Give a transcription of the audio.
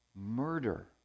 murder